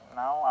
now